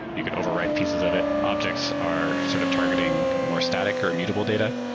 you could overwrite pieces of it. objects are sort of targeting more static or immutable data.